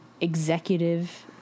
executive